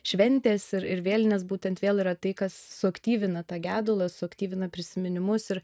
šventės ir ir vėlines būtent vėl yra tai kas suaktyvina tą gedulą suaktyvina prisiminimus ir